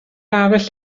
arall